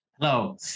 Hello